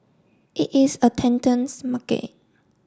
it is a market